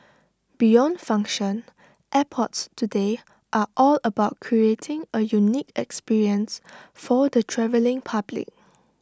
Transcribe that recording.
beyond function airports today are all about creating A unique experience for the travelling public